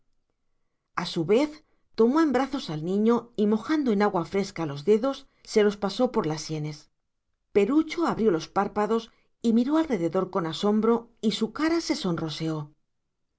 a su vez tomó en brazos al niño y mojando en agua fresca los dedos se los pasó por las sienes perucho abrió los párpados y miró alrededor con asombro y su cara se